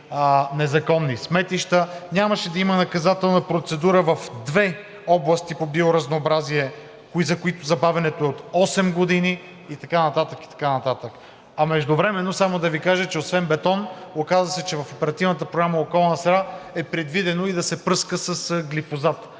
нямаше да има наказателна процедура в две области по биоразнообразие, за които забавянето е от осем години, и така нататък, и така нататък. А междувременно само да Ви кажа, че освен бетон оказа се, че в Оперативната програма „Околна среда“ е предвидено да се пръска и с глифозат,